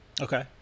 Okay